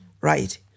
right